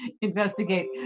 investigate